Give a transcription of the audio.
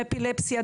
אפילפסיה,